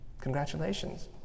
Congratulations